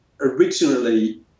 originally